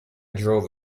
drove